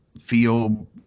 feel